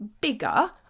bigger